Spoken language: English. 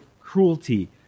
cruelty